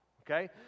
okay